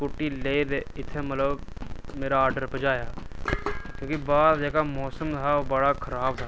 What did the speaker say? scooty लेई ते इत्थै मेरा आर्डर पजाया क्योंकि बाह्र जेह्का मौसम हा ओह् बड़ा खराब हा